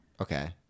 Okay